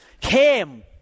came